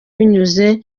binyuze